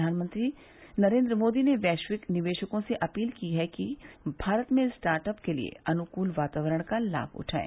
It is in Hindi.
प्रधानमंत्री नरेन्द्र मोदी ने वैश्विक निवेशकों से अपील की है कि भारत में स्टार्ट अप लिए अनुकूल वातावरण का लाभ उठाएं